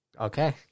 Okay